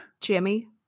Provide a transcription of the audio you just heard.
Jimmy